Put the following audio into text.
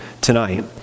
tonight